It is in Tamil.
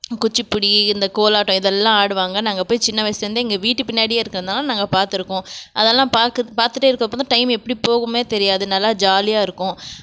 குச்சிப்பிடி இந்த கோலாட்டம் இதெல்லாம் ஆடுவாங்க நாங்கள் போய் சின்ன வயசுலிருந்தே எங்கள் வீட்டுப் பின்னாடியே இருக்கனால நாங்கள் பார்த்துருக்கோம் அதெல்லாம் பாக்கற பார்த்துட்டே இருக்கப்போ தான் டைமு எப்படி போகும்னே தெரியாது நல்லா ஜாலியாக இருக்கும்